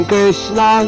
Krishna